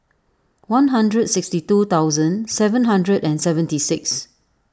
one hundred sixty two thousand seven hundred and seventy six